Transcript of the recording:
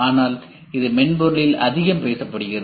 ஆனால் இது மென்பொருளில் அதிகம் பேசப்படுகிறது